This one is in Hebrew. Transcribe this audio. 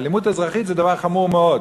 האלימות האזרחית זה דבר חמור מאוד.